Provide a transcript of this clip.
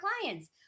clients